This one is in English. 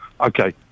Okay